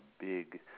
big